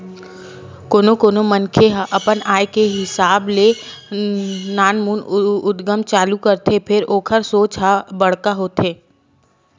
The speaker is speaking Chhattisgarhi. कोनो कोनो मनखे ह अपन आय के हिसाब ले नानमुन उद्यम चालू करथे फेर ओखर सोच ह बड़का होथे